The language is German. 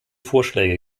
vorschläge